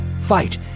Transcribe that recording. fight